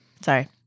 sorry